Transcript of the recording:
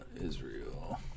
israel